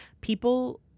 people